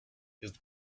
jest